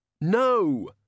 No